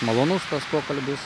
malonus tas pokalbis